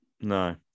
No